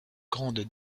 grandes